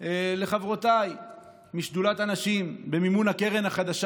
לחברותיי משדולת הנשים: במימון הקרן החדשה